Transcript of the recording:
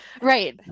Right